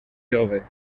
jove